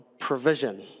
provision